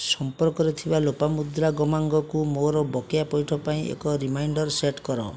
ସମ୍ପର୍କରେ ଥିବା ଲୋପାମୁଦ୍ରା ଗମାଙ୍ଗକୁ ମୋର ବକେୟା ପଇଠ ପାଇଁ ଏକ ରିମାଇଣ୍ଡର୍ ସେଟ୍ କର